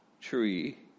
tree